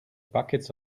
buckets